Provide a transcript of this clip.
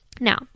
Now